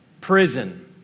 prison